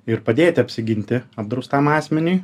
ir padėti apsiginti apdraustam asmeniui